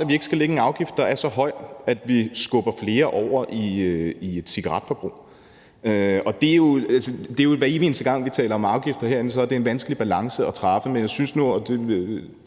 side ikke skal lægge en afgift, der er så høj, at vi skubber flere over i et cigaretforbrug. Hver evig eneste gang vi taler om afgifter herinde, er det jo en vanskelig balance at ramme, men jeg synes nu –